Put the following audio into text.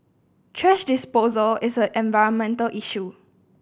thrash disposal is an environmental issue